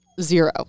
zero